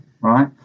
right